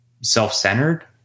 self-centered